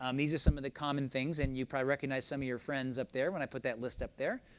um these are some of the common things, and you probably recognize some of your friends up there when i put that list up there.